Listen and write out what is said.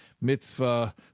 Mitzvah